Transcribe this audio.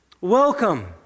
welcome